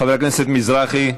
חבר הכנסת מזרחי.